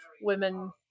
women